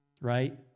Right